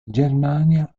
germania